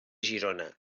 girona